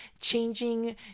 changing